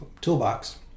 toolbox